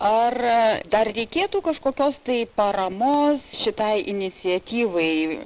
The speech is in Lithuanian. ar a dar reikėtų kažkokios tai paramos šitai iniciatyvai